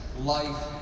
life